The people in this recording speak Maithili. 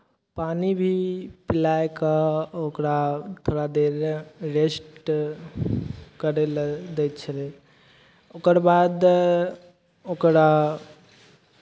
पानि भी पिलाय कऽ ओकरा थोड़ा देर रेस्ट करय लए दै छै ओकर बाद ओकरा